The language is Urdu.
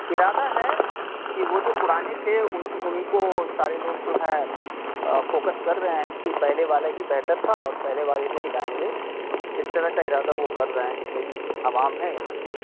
ارادہ ہے کہ وہ جو پرانے تھے ان انہیں کو سارے لوگ جو ہیں فوکس کر رہے ہیں کہ پہلے والا ہی بہتر تھا اور پہلے والے کو ہی لائیں گے اس طرح کا ارادہ وہ کر رہے ہیں جتنے بھی عوام ہیں یہاں کے